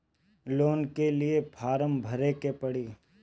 Loan के लिए form भरे के पड़ी?